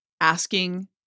asking